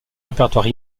répertoire